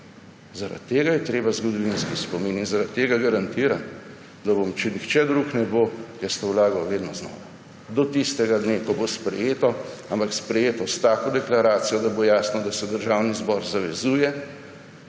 Zaradi tega je potreben zgodovinski spomin in zaradi tega garantiram, da bom, če nihče drug ne bo, jaz v to vlagal vedno znova, do tistega dne, ko bo sprejeto. Ampak sprejeto s tako deklaracijo, da bo jasno, da se Državni zbor zavezuje,